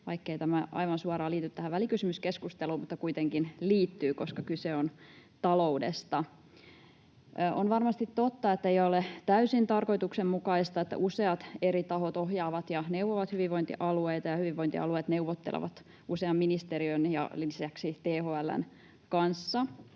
vaikkei tämä aivan suoraan liity tähän välikysymyskeskusteluun mutta kuitenkin liittyy, koska kyse on taloudesta. On varmasti totta, että ei ole täysin tarkoituksenmukaista, että useat eri tahot ohjaavat ja neuvovat hyvinvointialueita ja hyvinvointialueet neuvottelevat usean ministeriön ja lisäksi THL:n kanssa.